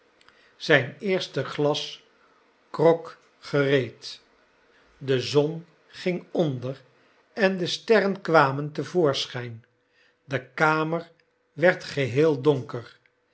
alleen eerste glas grog gereed de zon ging onder en de sterren kwamen te voorschijn de kamer werd geheel donker